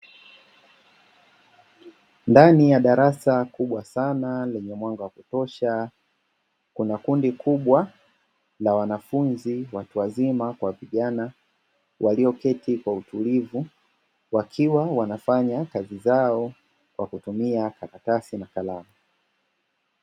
Ndani ya darasa kubwa sana lenye mwanga wa kutosha, kuna kundi kubwa la wanafunzi watu wazima kwa vijana walioketi kwa utulivu, wakiwa wanafanya kazi zao kwa kutumia karatasi na kalamu.